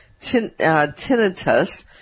tinnitus